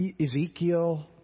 Ezekiel